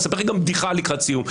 אני אספר לך גם בדיחה לקראת סיום,